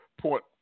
point